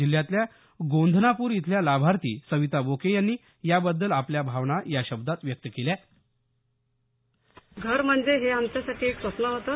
जिल्ह्यातल्या गोंधनापूर इथल्या लाभार्थी सविता बोके यांनी याबद्दल आपल्या भावना या शब्दात व्यक्त केल्या घर म्हणजे आमचं हे स्वप्न होतं